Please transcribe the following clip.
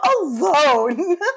alone